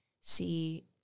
see